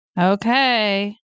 Okay